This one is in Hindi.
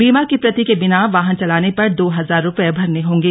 बीमा की प्रति के बिना वाहन चलाने पर दो हजार रुपये भरने होंगे